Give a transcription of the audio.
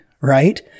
right